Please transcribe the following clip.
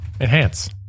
Enhance